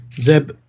Zeb